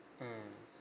mmhmm